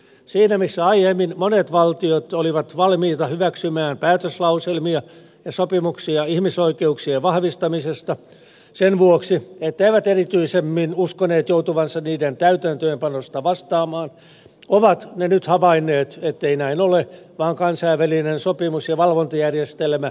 siinä missä aiemmin monet valtiot olivat valmiita hyväksymään päätöslauselmia ja sopimuksia ihmisoikeuksien vahvistamisesta sen vuoksi että eivät erityisemmin uskoneet joutuvansa niiden täytäntöönpanosta vastaamaan ovat ne nyt havainneet ettei näin ole vaan kansainvälinen sopimus ja valvontajärjestelmä toimii